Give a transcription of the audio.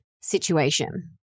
situation